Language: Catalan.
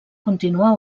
continuar